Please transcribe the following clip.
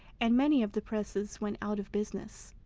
and many of the presses went out of business.